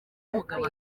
umugabo